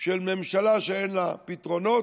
של שאין לה פתרונות,